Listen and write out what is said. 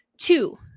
two